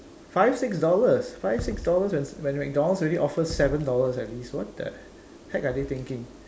five six dollars five six dollars when McDonald's already offers seven dollars at least what the heck are they thinking